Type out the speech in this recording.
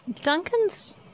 Duncan's